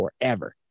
forever